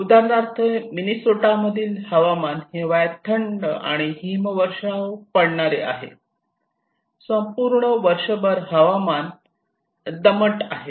उदाहरणार्थ मिनेसोटा मधील हवामान हिवाळ्यात थंड आणि हिमवर्षाव पाडणारे आहे संपूर्ण वर्षभर हवामान दमट आहे